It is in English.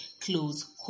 close